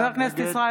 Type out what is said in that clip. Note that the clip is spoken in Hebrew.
(קוראת בשם חבר הכנסת) ישראל כץ,